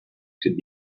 could